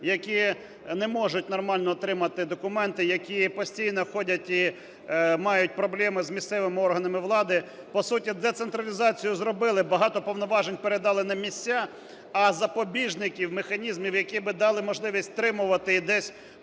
які не можуть нормально отримати документи, які постійно ходять і мають проблеми з місцевими органами влади. По суті, децентралізацію зробили, багато повноважень передали на місця, а запобіжників, механізмів, які би дали можливість стримувати і десь бути